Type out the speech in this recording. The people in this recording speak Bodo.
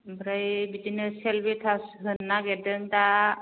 ओमफ्राय बिदिनो सेल्प एटास होनो नागिरदों दा